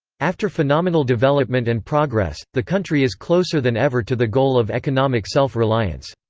after phenomenal development and progress, the country is closer than ever to the goal of economic self reliance.